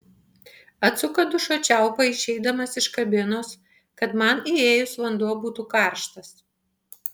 atsuka dušo čiaupą išeidamas iš kabinos kad man įėjus vanduo būtų karštas